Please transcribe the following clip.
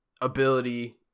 ability